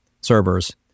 servers